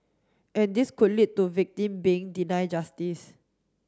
and this could lead to victim being deny justice